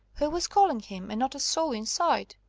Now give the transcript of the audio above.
who was calling him, and not a soul in sight?